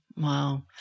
Wow